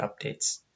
updates